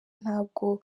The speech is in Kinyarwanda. ntabwo